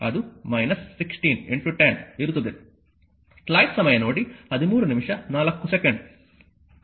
ಆದ್ದರಿಂದ p1 6 ಆಗಿರುತ್ತದೆ ಅದು 16 10 ಇರುತ್ತದೆ